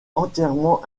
entièrement